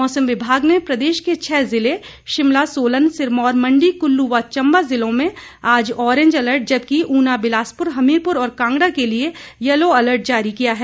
मौसम विभाग ने प्रदेश के छह जिले शिमला सोलन सिरमौर मंडी कुल्लू व चंबा जिलों में आज ऑरेंज अलर्ट जबकि ऊना बिलासपुर हमीरपुर और कांगड़ा के लिये यलो अलर्ट जारी किया है